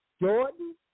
Jordan